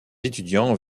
étudiants